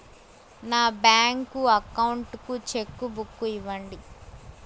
నా bank account కు cheque book ఇవ్వండి